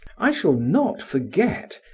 i shall not forget.